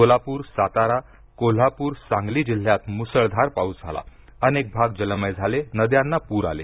सोलापूर सातारा कोल्हापूर सांगली जिल्ह्यात मुसळधार पाऊस झाला अनेक भाग जलमय झाले नद्यांना पूर आले